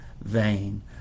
vain